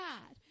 God